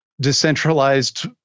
decentralized